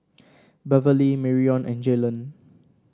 Beverley Marion and Jalon